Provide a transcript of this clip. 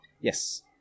Yes